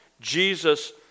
Jesus